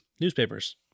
newspapers